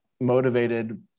motivated